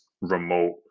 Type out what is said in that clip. remote